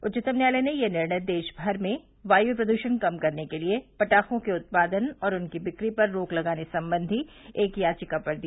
उच्चतम न्यायालय ने यह निर्णय देशमर में वायु प्रद्षण कम करने के लिए पटाखों के उत्पादन और उनकी बिक्री पर रोक लगाने संबंधी एक याचिका पर दिया